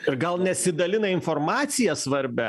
ir gal nesidalina informacija svarbia